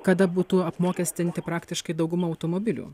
kada būtų apmokestinti praktiškai dauguma automobilių